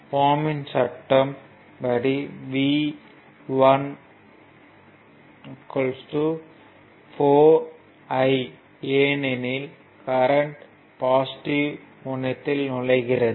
ஓம் யின் சட்டம் ohm's law படி V 1 4 I ஏனெனில் கரண்ட் பாசிட்டிவ் முனையத்தில் நுழைகிறது